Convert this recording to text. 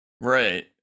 Right